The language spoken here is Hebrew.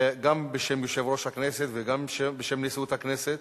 גם בשם יושב-ראש הכנסת וגם בשם נשיאות הכנסת,